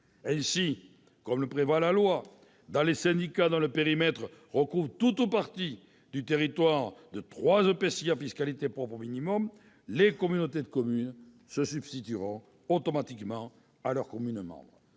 Ainsi, comme le prévoit la loi NOTRe, dans les syndicats dont le périmètre recouvre tout ou partie du territoire de trois EPCI à fiscalité propre au minimum, les communautés de communes se substitueront automatiquement à leurs communes membres.